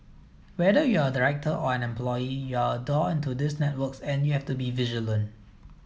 whether you're a director or an employee you're a door into those networks and you have to be vigilant